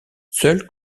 seul